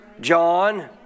John